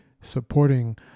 supporting